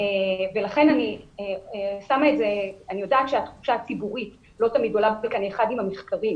אני יודעת שהתחושה הציבורית לא תמיד עולה בקנה אחד עם המחקרים